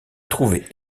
trouvaient